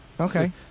Okay